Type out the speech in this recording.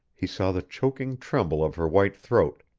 he saw the choking tremble of her white throat,